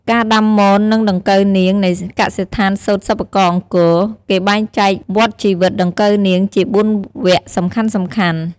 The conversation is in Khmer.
ការដាំមន និងដង្កូវនាង នៃកសិដ្ឋានសូត្រសិប្បករអង្គរ គេបែងចែកវដ្ដជីវិតដង្កូវនាងជា៤វគ្គសំខាន់ៗ។